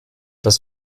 das